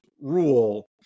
rule